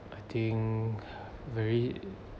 I think very